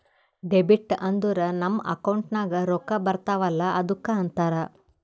debit ಅಂದುರ್ ನಮ್ account ನಾಗ್ ರೊಕ್ಕಾ ಬರ್ತಾವ ಅಲ್ಲ ಅದ್ದುಕ ಅಂತಾರ್